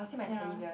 ya